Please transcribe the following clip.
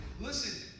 Listen